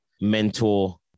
mentor